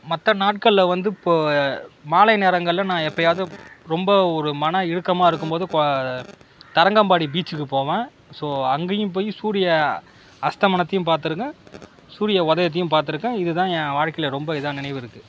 மற்ற நாட்களில் வந்து இப்போது மாலை நேரங்களில் நான் எப்போயாவது ரொம்ப ஒரு மன இறுக்கமாக இருக்கும் போது ப தரங்கம்பாடி பீச்சிக்கு போவேன் ஸோ அங்கேயும் போய் சூரிய அஸ்தமனத்தையும் பார்த்துருக்கேன் சூரிய உதயத்தையும் பார்த்துருக்கேன் இது தான் என் வாழ்க்கையில் ரொம்ப இதாக நினைவு இருக்குது